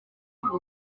ngo